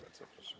Bardzo proszę.